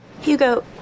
Hugo